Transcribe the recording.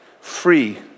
free